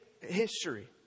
history